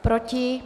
Proti?